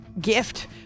gift